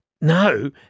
No